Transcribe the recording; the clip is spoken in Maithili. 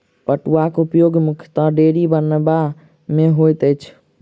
पटुआक उपयोग मुख्यतः डोरी बनयबा मे होइत अछि